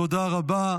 תודה רבה.